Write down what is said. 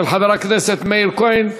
של חבר הכנסת מאיר כהן.